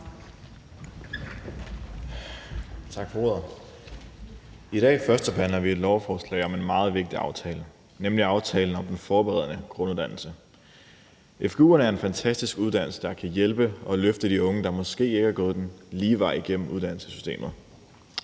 Tak for ordet. I dag førstebehandler vi et lovforslag om en meget vigtig aftale, nemlig aftalen om den forberedende grunduddannelse. Fgu'en er en fantastisk uddannelse, der kan hjælpe og løfte de unge, der måske ikke er gået den lige vej igennem uddannelsessystemet.